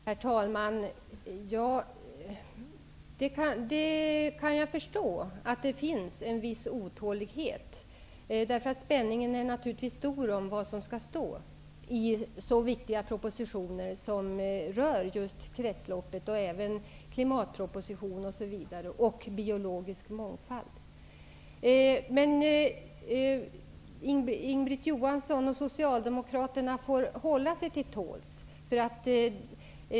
Herr talman! Jag kan förstå att det finns en viss otålighet. Spänningen är naturligtvis stor om vad det kommer att stå i så viktiga propositioner som rör just kretsloppet. Det gäller även propositionerna om klimat och biologisk mångfald. Inga-Britt Johansson och Socialdemokraterna får hålla sig till tåls.